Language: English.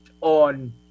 on